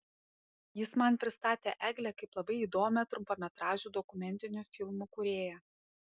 jis man pristatė eglę kaip labai įdomią trumpametražių dokumentinių filmų kūrėją